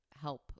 help